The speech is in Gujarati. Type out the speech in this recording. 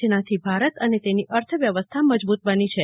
જેનાથી ભારત અને તેની અર્થવ્યવસ્થા મજબુત બનો છે